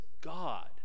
God